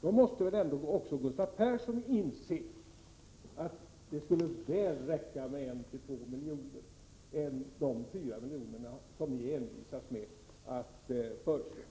Då måste väl också Gustav Persson inse att det skulle räcka med 1-2 miljoner, i stället för de 4 som ni envisas med att föreslå.